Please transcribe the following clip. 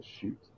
shoot